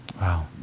Wow